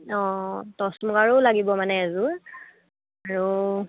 অঁ টচ মুগাৰো লাগিব মানে এযোৰ আৰু